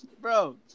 Bro